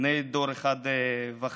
בני דור אחד וחצי.